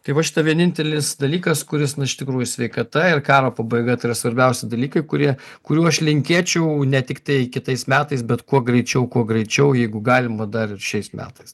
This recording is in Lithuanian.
tai va šita vienintelis dalykas kuris nu iš tikrųjų sveikata ir karo pabaiga tai yra svarbiausi dalykai kurie kurių aš linkėčiau ne tiktai kitais metais bet kuo greičiau kuo greičiau jeigu galima dar ir šiais metais